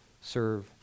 serve